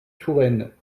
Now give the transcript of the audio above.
touraine